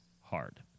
hard